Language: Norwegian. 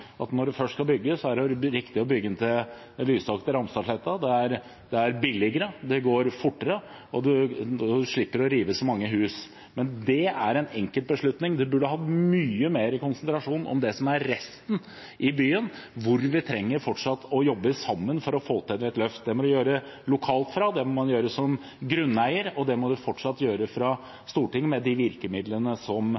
at når en først skal bygge, er det riktig å bygge veien fra Lysaker til Ramstadsletta. Det er billigere, det går fortere, og en slipper å rive så mange hus. Men det er en enkeltbeslutning. Det burde vært mye mer konsentrasjon om det som er i resten av byen, og som vi fortsatt trenger å jobbe sammen om for å få til et løft. Det må vi gjøre lokalt, det må man gjøre som grunneier, og det må vi fortsatt gjøre fra